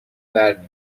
برمی